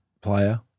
player